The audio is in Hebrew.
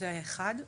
זה אחד.